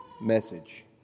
message